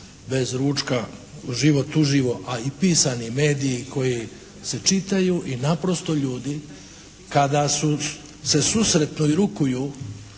"Bez ručka", Život uživo", a i pisani mediji koji se čitaju i naprosto ljudi kada su, se susretnu i rukuju